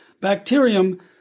bacterium